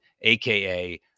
aka